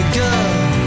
girl